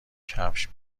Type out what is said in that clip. کفش